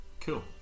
Cool